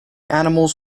animals